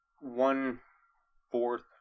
one-fourth